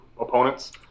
opponents